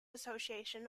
association